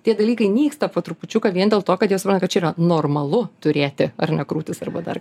tie dalykai nyksta po trupučiuką vien dėl to kad jos supranta kad čia yra normalu turėti ar ne krūtis arba dar